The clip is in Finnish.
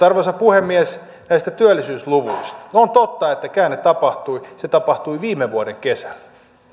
arvoisa puhemies näistä työllisyysluvuista on totta että käänne tapahtui se tapahtui viime vuoden kesällä